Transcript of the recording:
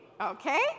okay